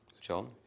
John